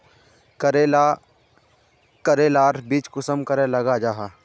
करेला करेलार बीज कुंसम करे लगा जाहा?